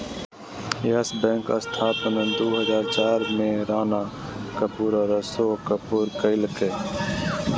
yes Bank स्थापना दू हजार चार में राणा कपूर और अशोक कपूर कइलकय